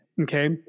okay